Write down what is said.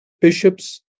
bishops